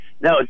no